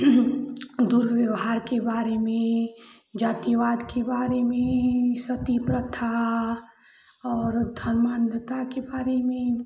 दुर्व्यवहार के बारे में जातिवाद के बारे में ये सब तीव्र था और धर्मान्धता के बारे में